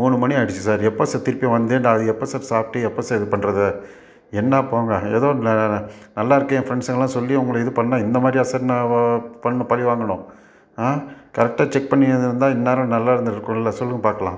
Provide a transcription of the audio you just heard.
மூணு மணி ஆயிடுச்சு சார் எப்போ சார் திருப்பி வந்து நான் அதை எப்போ சார் சாப்பிட்டு எப்போ சார் இது பண்ணுறது என்ன போங்க ஏதோ நல்லாயிருக்கே என் ஃப்ரெண்ட்ஸுங்களாம் சொல்லி உங்களை இது பண்ணிணா இந்தமாதிரியா சார் நான் ஓ பண்ணு பழிவாங்கணும் ஆ கரெக்டாக செக் பண்ணியிருந்துருந்தா இந்நேரம் நல்ல இருந்திருக்கும்ல சொல்லுங்க பாக்கலாம்